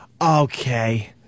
Okay